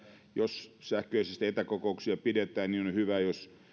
jos sähköisesti etäkokouksia pidetään niin on hyvä jos